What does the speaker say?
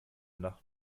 nacht